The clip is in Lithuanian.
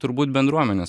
turbūt bendruomenės